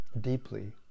deeply